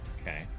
Okay